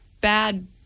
bad